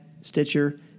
Stitcher